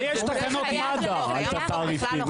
אבל יש תקנות מד"א בנושא התעריפים.